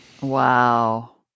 Wow